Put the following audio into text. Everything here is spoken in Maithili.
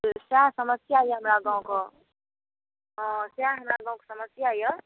सहए समस्या यऽ हमरा गाँव कऽ हँ सहए हमरा गाँवके समस्या यऽ